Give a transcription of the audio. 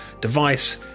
device